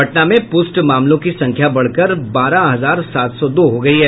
पटना में पुष्ट मामलों की संख्या बढ़कर बारह हजार सात सौ दो हो गयी है